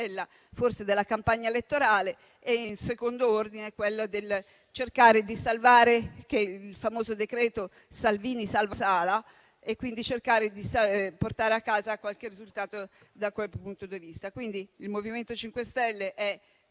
forse della campagna elettorale e, in secondo ordine, quella di cercare di salvare il famoso decreto Salvini salva Sala, cercando di portare a casa qualche risultato da quel punto di vista. Il MoVimento 5 Stelle è